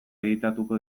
editatuko